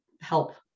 help